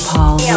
Paul